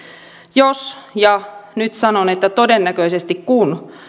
jos ja nyt sanon että todennäköisesti kun